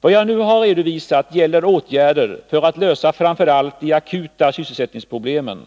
Vad jag nu har redovisat gäller åtgärder för att lösa framför allt de akuta sysselsättningsproblemen.